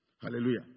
Hallelujah